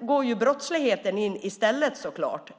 går brottsligheten in i stället såklart.